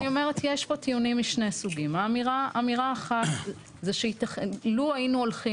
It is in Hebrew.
אני אומרת שיש פה טיעונים משני סוגים: אמירה אחת היא שלו היינו הולכים